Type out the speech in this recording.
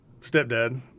stepdad